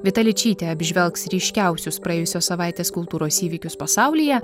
vita ličytė apžvelgs ryškiausius praėjusios savaitės kultūros įvykius pasaulyje